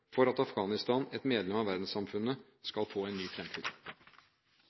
for at Afghanistan – et medlem av verdenssamfunnet – skal få en ny fremtid.